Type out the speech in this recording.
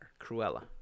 Cruella